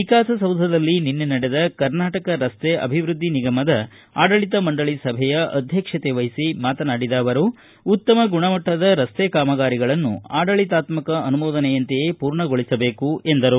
ವಿಕಾಸಸೌಧದಲ್ಲಿ ನಿನ್ನೆ ನಡೆದ ಕರ್ನಾಟಕ ರಸ್ತೆ ಅಭಿವೃದ್ಧಿ ನಿಗಮದ ಆಡಳಿತ ಮಂಡಳಿ ಸಭೆಯ ಅಧ್ಯಕ್ಷತೆವಹಿಸಿ ಮಾತನಾಡಿದ ಅವರು ಉತ್ತಮ ಗುಣಮಟ್ಟದ ರಸ್ತೆ ಕಾಮಗಾರಿಗಳನ್ನು ಆಡಳಿತಾತ್ಮಕ ಅನುಮೋದನೆಯಂತೆಯೇ ಪೂರ್ಣ ಗೊಳಿಸಬೇಕು ಎಂದರು